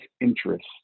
interest